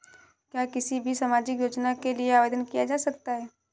क्या किसी भी सामाजिक योजना के लिए आवेदन किया जा सकता है?